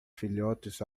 filhotes